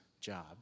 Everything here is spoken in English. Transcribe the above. job